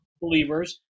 believers